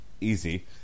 Easy